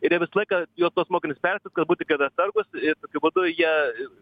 ir jie visą laiką juos tuos mokinius perspės kad būkite atsargūs ir tokiu būdu jie